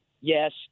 yes